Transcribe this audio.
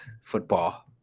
football